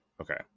okay